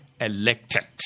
elected